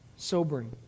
Sobering